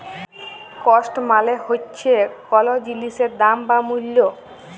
cost মালে হচ্যে কল জিলিসের দাম বা মূল্য